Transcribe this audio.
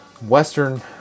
Western